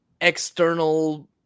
external